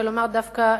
ולומר דווקא,